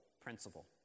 principle